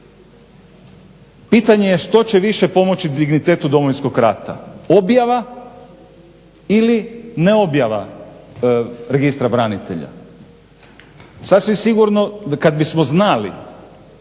Pitanje je što će više pomoći dignitetu Domovinskog rata objava ili ne objava registra branitelja? Sasvim sigurno kad bismo znali